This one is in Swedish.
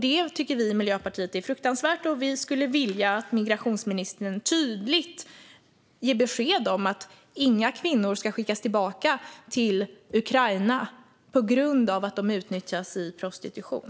Det tycker vi i Miljöpartiet är fruktansvärt, och vi skulle vilja att migrationsministern tydligt ger besked om att inga kvinnor ska skickas tillbaka till Ukraina på grund av att de utnyttjas i prostitution.